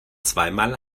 zweimal